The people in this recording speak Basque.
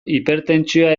hipertentsioa